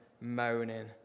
moaning